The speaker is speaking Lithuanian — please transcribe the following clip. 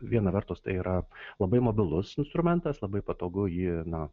viena vertus tai yra labai mobilus instrumentas labai patogu jį na